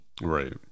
right